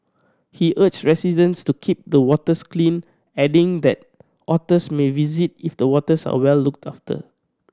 he urged residents to keep the waters clean adding that otters may visit if the waters are well looked after